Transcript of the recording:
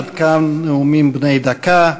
עד כאן נאומים בני דקה.